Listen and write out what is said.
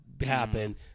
happen